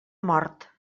mort